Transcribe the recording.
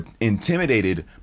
intimidated